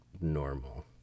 normal